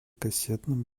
кассетным